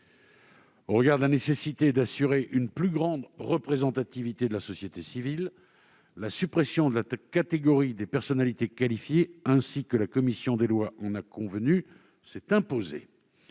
Au regard de la nécessité d'assurer une plus grande représentativité de la société civile, la suppression de la catégorie des personnalités qualifiées, ainsi que la commission des lois en a convenu, s'est imposée.